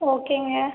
ஓகேங்க